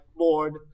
Lord